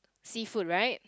seafood right